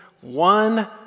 one